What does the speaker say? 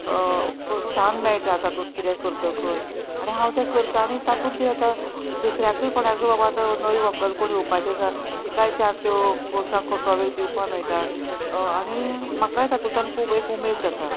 प्रोत्साहन मेळटा तातूंत कितें करतकच आनी हांव तें करतां आनी तातूंत किदें जाता दुसऱ्याकूय कोणाकूय बाबा आतां नवी व्हंकल कोण येवपाची आसा तिकाय चार त्यो क्रोशा टॉवेल दिवपाक मेळटा आनी म्हाकाय तातूंतल्यान खूब एक उमेद जाता